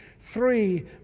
three